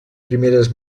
primeres